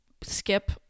skip